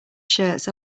shirts